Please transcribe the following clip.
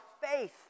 faith